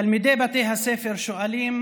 תלמידי בתי הספר שואלים